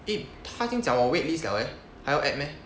eh 他已经讲我 wait list liao leh 还要 add meh